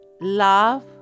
love